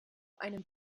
einem